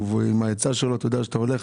והוא עם העצה שלו אתה יודע שאתה הולך